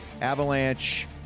Avalanche